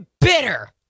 bitter